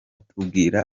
tubwira